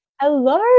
Hello